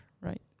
right